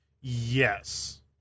Yes